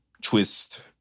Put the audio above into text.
twist